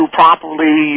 properly